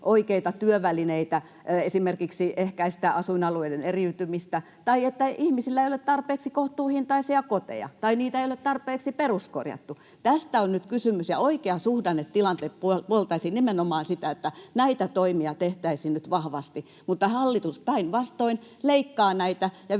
oikeita työvälineitä esimerkiksi ehkäistä asuinalueiden eriytymistä tai sitä, että ihmisillä ei ole tarpeeksi kohtuuhintaisia koteja tai niitä ei ole tarpeeksi peruskorjattu. Tästä on nyt kysymys, ja vaikea suhdannetilanne puoltaisi nimenomaan sitä, että näitä toimia tehtäisiin nyt vahvasti. Mutta hallitus päinvastoin leikkaa näitä